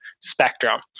spectrum